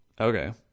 Okay